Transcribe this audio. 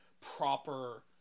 proper